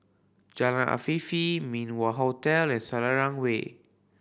Jalan Afifi Min Wah Hotel and Selarang Way